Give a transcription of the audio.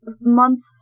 months